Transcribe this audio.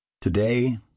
Today